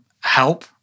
help